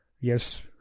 Yes